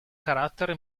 carattere